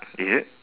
is it